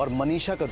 ah manisha